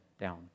down